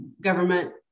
government